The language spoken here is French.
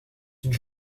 une